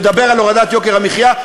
מדבר על הורדת יוקר המחיה,